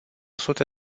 sute